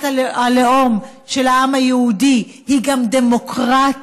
הלאום של העם היהודי היא גם דמוקרטית,